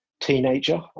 teenager